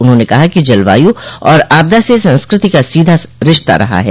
उन्होंने कहा कि जलवायू और आपदा से संस्कृति का सीधा रिश्ता रहा है